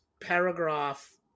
paragraph